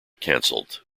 cancelled